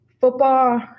football